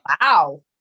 Wow